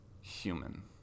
human